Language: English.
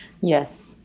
Yes